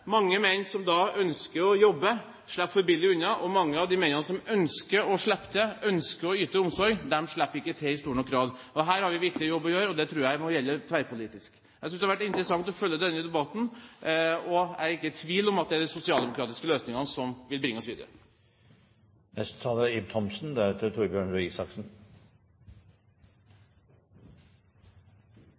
Mange menn som ønsker å jobbe, slipper for billig unna, og mange av de mennene som ønsker å slippe til, som ønsker å yte omsorg, slipper ikke til i stor nok grad. Her har vi en viktig jobb å gjøre, og det tror jeg må gjelde tverrpolitisk. Jeg synes det har vært interessant å følge denne debatten. Jeg er ikke i tvil om at det er de sosialdemokratiske løsningene som vil bringe oss videre. Det norske velferdssamfunnet er